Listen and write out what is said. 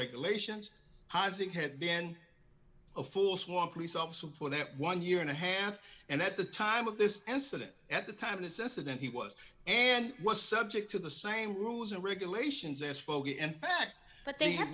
regulations housing had been a full sworn police officer for that one year and a half and at the time of this incident at the time as this event he was and was subject to the same rules and regulations as folk in fact but they have